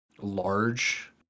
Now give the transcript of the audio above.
large